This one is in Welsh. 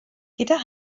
gyda